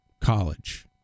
college